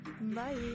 bye